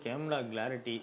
camera clarity